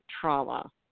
trauma